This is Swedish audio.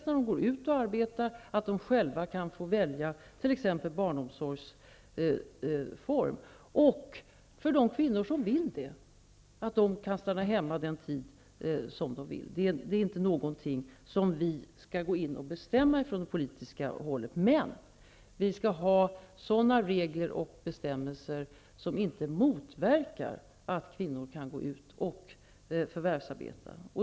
När de går ut och arbetar skall de själva kunna välja t.ex. barnomsorgsform. Dessutom skall kvinnor kunna stanna hemma den tid de önskar. Det är inte en sak som vi från politiskt håll skall bestämma om. Men reglerna och bestämmelserna skall vara sådana att de inte motverkar kvinnors möjligheter att förvärvsarbeta.